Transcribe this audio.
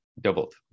Doubled